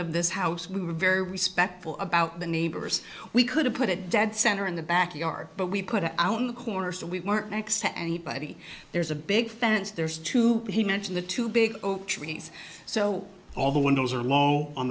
of this house we were very respectful about the neighbors we could have put it dead center in the backyard but we put it out on the corner so we weren't next to anybody there's a big fence there's two he mentioned the two big oak trees so all the windows are low on